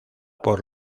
por